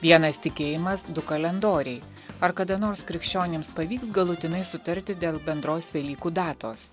vienas tikėjimas du kalendoriai ar kada nors krikščionims pavyks galutinai sutarti dėl bendros velykų datos